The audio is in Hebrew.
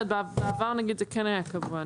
בעבר זה כן היה קבוע.